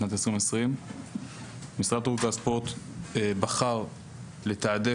שנת 2020. משרד התרבות והספורט בחר לתעדף